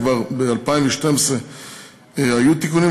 כבר ב-2012 היו תיקונים,